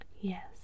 Yes